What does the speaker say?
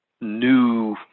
new